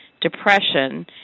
depression